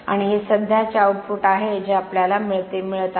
आणि हे सध्याचे आउटपुट आहे जे आपल्याला मिळत आहे